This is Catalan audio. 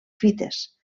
fites